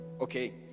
Okay